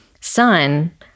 son